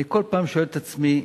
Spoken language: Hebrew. אני כל פעם שואל את עצמי: